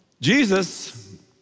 Jesus